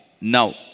Now